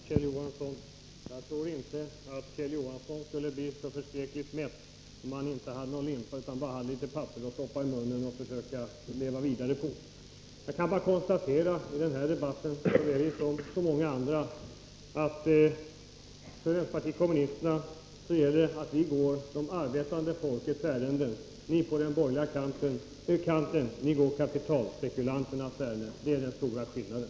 Herr talman! Jag tror inte att Kjell Johansson skulle ha blivit så förskräckligt mätt, om han inte hade en limpa utan bara litet papper att stoppa i munnen och försöka leva vidare på. I denna debatt som i så många andra går vänsterpartiet kommunisterna det arbetande folkets ärenden. Ni på den borgerliga kanten går kapitalspekulanternas ärenden. Det är den stora skillnaden.